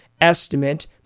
estimate